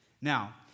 Now